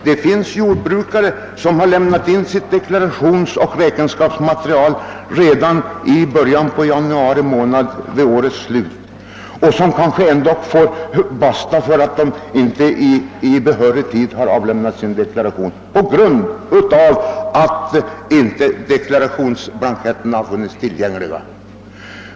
Det finns jordbrukare som avlämnade sitt deklarationsoch räkenskapsmaterial till driftbyråavdelningen redan i början på januari månad och som kanske ändå får påpekande om att de inte i behörig tid deklarerat, detta just på grund av att deklarationsblanketterna inte har funnits tillgängliga.